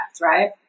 Right